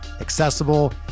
accessible